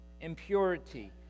impurity